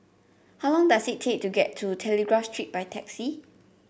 how long does it take to get to Telegraph Street by taxi